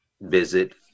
Visit